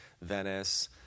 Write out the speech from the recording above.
Venice